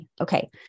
Okay